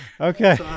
Okay